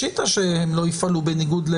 פשיטה שלא יפעלו בניגוד.